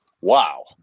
Wow